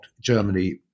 Germany